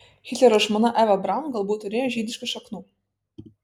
hitlerio žmona eva braun galbūt turėjo žydiškų šaknų